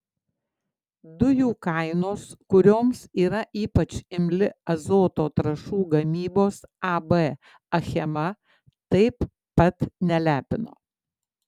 dujų kainos kurioms yra ypač imli azoto trąšų gamybos ab achema taip pat nelepino